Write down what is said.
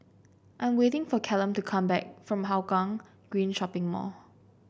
I am waiting for Callum to come back from Hougang Green Shopping Mall